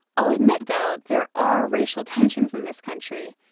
i'll admit, though, there are racial tensions in this country,